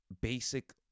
basic